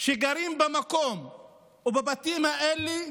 שגרות במקום ובבתים האלה